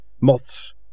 Moths